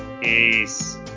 Peace